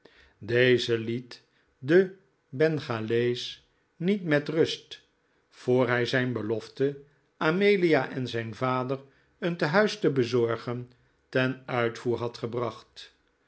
deze liet den bengalees niet met rust voor hij zijn belofte amelia en zijn vader een tehuis te bezorgen ten uitvoer had gebracht